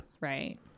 Right